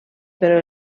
però